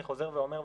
אני חוזר ואומר,